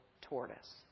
tortoise